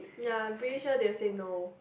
ya pretty sure they will say no